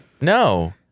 no